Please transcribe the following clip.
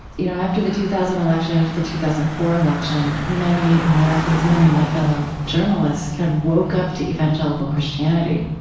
you know, after the two thousand election, after the two thousand and four election, many americans, many of my fellow journalists kind of woke up to evangelical christianity